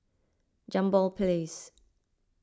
Jambol Place